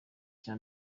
cya